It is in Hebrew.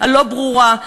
הלא-ברורה,